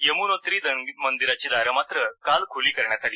यमुनोत्री मंदिराची दारं मात्र काल खुली करण्यात आली